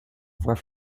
voie